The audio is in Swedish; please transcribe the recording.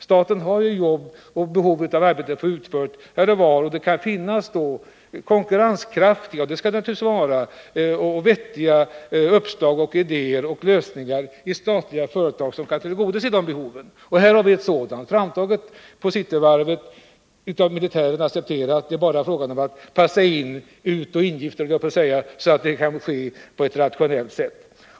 Staten har ju behov av att få arbeten utförda här och var. Det kan då finnas konkurrenskraftiga — för det skall det naturligtvis vara — och vettiga idéer och lösningar inom något statligt företag som kan tillgodose de behoven. Här har vi ett sådant exempel, där Cityvarvet tagit fram en bro, som militären accepterat. Det är bara fråga om att passa ihop inkomstoch utgiftssidan så att det hela kan ske-på ett rationellt sätt.